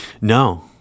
no